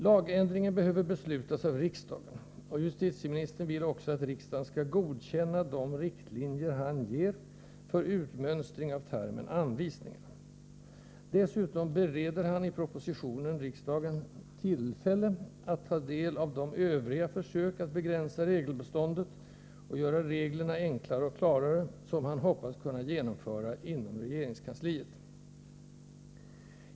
Lagändringen behöver beslutas av riksdagen, och justitieministern vill också att riksdagen skall godkänna de riktlinjer han ger för utmönstring av termen ”anvisningar”. Dessutom bereder han i propositionen riksdagen tillfälle att ta del av de övriga försök att begränsa ”regelbeståndet” och göra reglerna enklare och klarare, som han hoppas kunna genomföra inom regeringskansliet.